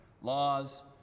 laws